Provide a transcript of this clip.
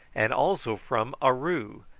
and also from aroo,